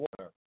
water